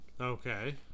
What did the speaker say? okay